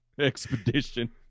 expedition